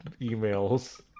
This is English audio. emails